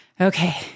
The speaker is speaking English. Okay